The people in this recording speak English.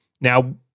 Now